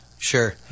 Sure